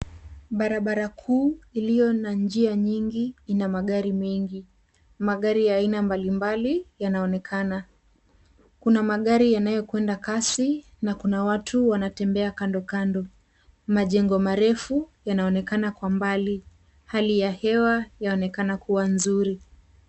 Barabara kuu ilio na njia nyingi ina magari mengi, magari ya aina mbalimbali yanaonekana. Kuna magari yanayo kwenda kasi na kuna watu wanatembea kandokando. Majengo marefu yanaonekana kwa mbali, hali ya hewa yaonekana kuwa nzuri.